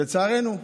לצערנו,